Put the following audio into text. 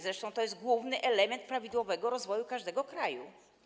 Zresztą to jest główny element prawidłowego rozwoju każdego kraju.